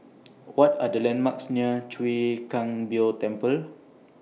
What Are The landmarks near Chwee Kang Beo Temple